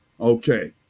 okay